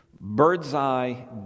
bird's-eye